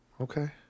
Okay